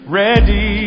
ready